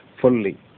fully